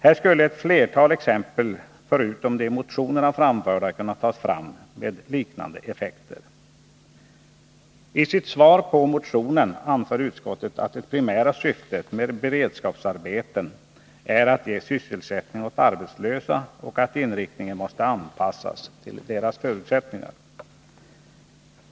Här skulle ett antal exempel på liknande effekter kunna anföras, förutom de i motionerna anförda exemplen. I sitt svar på motionen anför utskottet att det primära syftet med beredskapsarbeten är att ge sysselsättning åt arbetslösa och att inriktningen måste anpassas till vederbörandes förutsättningar.